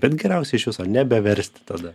bet geriausia iš viso nebeversti tada